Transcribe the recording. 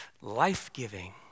life-giving